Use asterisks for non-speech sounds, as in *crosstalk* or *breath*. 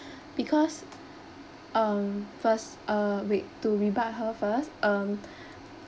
because um first uh wait to rebut her first um *breath*